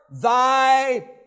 thy